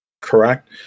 correct